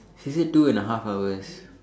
she said two and half hours